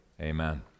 Amen